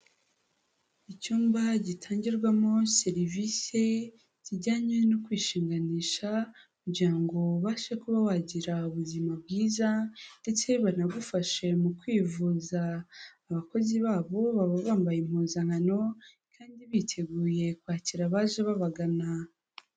Icyumba gitangirwamo serivisi zijyanye no kwishinganisha, kugira ngo ubashe kuba wagira ubuzima bwiza, ndetse banagufashe mu kwivuza, abakozi babo baba bambaye impuzankano, kandi biteguye kwakira abaje babagana.